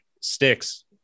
sticks